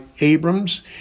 Abrams